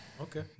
Okay